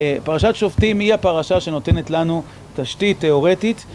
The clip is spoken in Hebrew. פרשת שופטים היא הפרשה שנותנת לנו תשתית תאורטית